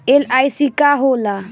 LIC का होला?